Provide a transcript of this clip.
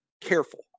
careful